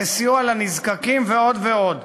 לסיוע לנזקקים ועוד ועוד.